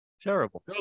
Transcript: Terrible